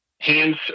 hands